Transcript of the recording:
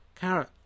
carrot